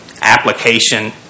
application